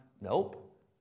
nope